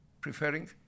preferring